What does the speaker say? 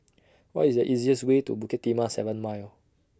What IS The easiest Way to Bukit Timah seven Mile